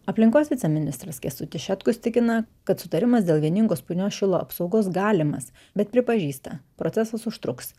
aplinkos viceministras kęstutis šetkus tikina kad sutarimas dėl vieningos punios šilo apsaugos galimas bet pripažįsta procesas užtruks